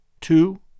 two